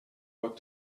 what